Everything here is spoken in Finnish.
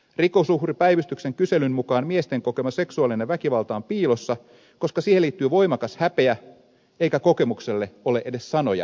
rikosuhripäivystyksen kyselyn mukaan miesten kokema seksuaalinen väkivalta on piilossa koska siihen liittyy voimakas häpeä eikä kokemukselle ole edes sanoja joilla siitä kertoa